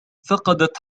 فقدت